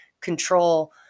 control